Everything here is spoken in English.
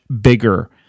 bigger